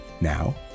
now